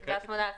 התשכ"ח-1968,